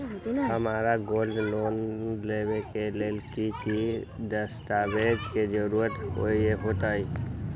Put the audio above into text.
हमरा gold loan लेबे के लेल कि कि दस्ताबेज के जरूरत होयेत?